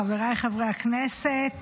חבריי חברי הכנסת,